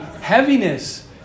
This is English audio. heaviness